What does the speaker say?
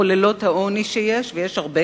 היותר-מחוללות העוני שיש, ויש הרבה,